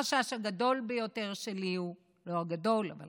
החשש הגדול ביותר שלי הוא, לא הגדול, אבל